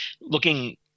looking